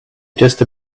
just